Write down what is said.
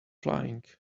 flying